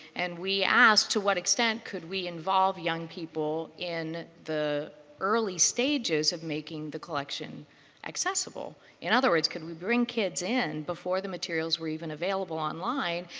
and we asked, to what extent could we involve young people in the early stages of making the collection accessible? in other words, could we bring kids in before the materials were even available online?